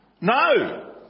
No